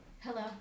Hello